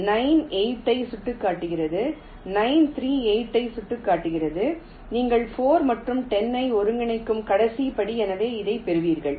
9 8 ஐ சுட்டிக்காட்டுகிறது 9 3 8 ஐ சுட்டிக்காட்டுகிறது நீங்கள் 4 மற்றும் 10 ஐ ஒன்றிணைக்கும் கடைசி படி எனவே இதைப் பெறுவீர்கள்